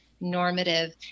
normative